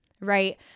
right